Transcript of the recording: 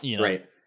Right